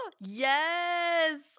Yes